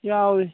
ꯌꯥꯎꯏ